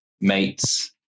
mates